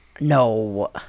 No